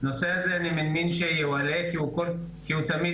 אני מבין שהנושא הזה יעלה כי הוא תמיד